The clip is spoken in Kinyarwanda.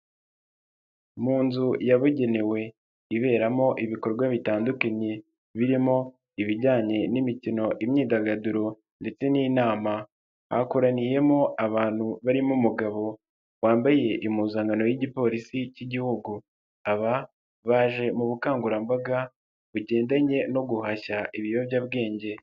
Mu nzu yabugenewe iberamo ibikorwa bitandukanye birimo ibijyanye n'imikino, imyidagaduro ndetse n'inama, hakoraniyemo abantu barimo umugabo wambaye impuzankano y'Igipolisi k'Igihugu, aba baje mu bukangurambaga bugendanye no guhashya ibiyobyabwenge.